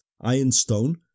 ironstone